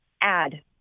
add